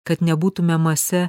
kad nebūtume mase